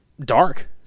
dark